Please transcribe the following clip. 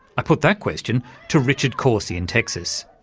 i put that question to richard corsi in texas.